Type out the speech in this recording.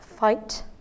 fight